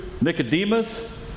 Nicodemus